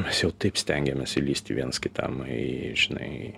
mes jau taip stengiamės įlįsti viens kitam į žinai